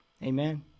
Amen